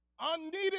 unneeded